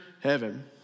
heaven